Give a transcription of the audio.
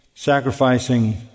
sacrificing